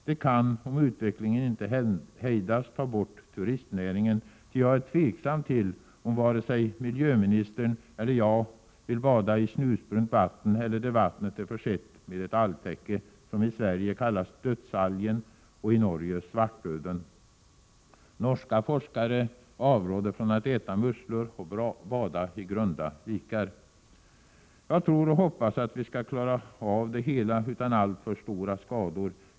Det kan om utvecklingen inte hejdas ta bort turistnäringen, ty jag är tveksam om miljöministern eller jag vill bada i snusbrunt vatten eller där vattnet är försett med ett algtäcke, som i Sverige kallas dödsalgen och i Norge svartdöden. Norska forskare avråder oss från att äta musslor och bada i grunda vikar. Jag tror och hoppas att vi skall klara av det hela utan alltför stora skador.